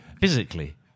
Physically